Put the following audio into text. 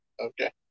Okay